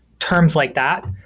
terms like that,